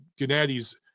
Gennady's